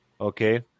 okay